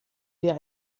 dir